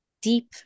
deep